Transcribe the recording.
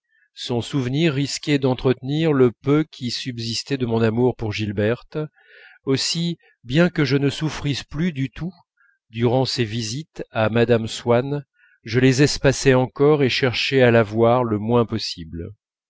son souvenir risquait d'entretenir le peu qui subsistait de mon amour pour gilberte aussi bien que je ne souffrisse plus du tout durant ces visites à mme swann je les espaçai encore et cherchai à la voir le moins possible